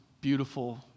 beautiful